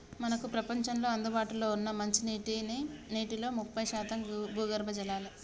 మనకు ప్రపంచంలో అందుబాటులో ఉన్న మంచినీటిలో ముప్పై శాతం భూగర్భ జలాలే